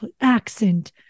accent